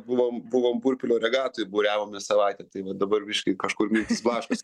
buvom buvom burpilio regatoj buriavome savaitę tai dabar biškį kažkur mintys blaškosi